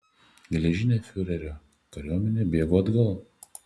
geležinė fiurerio kariuomenė bėgo atgal